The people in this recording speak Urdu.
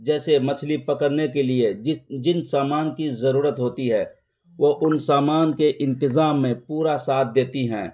جیسے مچھلی پکڑنے کے لیے جس جن سامان کی ضرورت ہوتی ہے وہ ان سامان کے انتظام میں پورا ساتھ دیتی ہیں